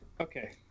okay